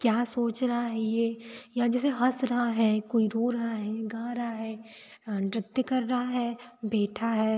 क्या सोच रहा है ये या जैसे हंस रहा है कोई रो रहा है गा रहा है नृत्य कर रहा है बेठा है